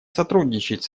сотрудничать